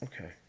Okay